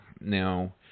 Now